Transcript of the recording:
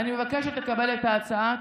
אני מבקשת לקבל את ההצעה.